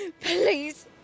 Please